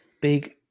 big